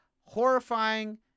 horrifying